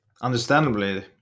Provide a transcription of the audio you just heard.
understandably